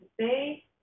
today